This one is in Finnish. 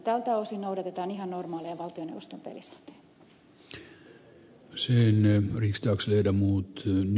tältä osin noudatetaan ihan normaaleja valtioneuvoston pelisääntöjä